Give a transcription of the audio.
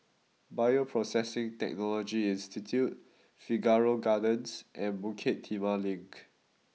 Bioprocessing Technology Institute Figaro Gardens and Bukit Timah Link